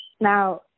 now